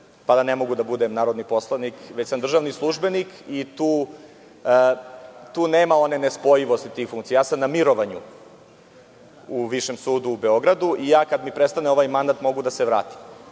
pa da ne mogu da budem narodni poslanik, već sam državni službenik i tu nema one nespojivosti tih funkcija. Ja sam na mirovanju u Višem sudu u Beogradu i kada mi prestane ovaj mandat mogu da se vratim.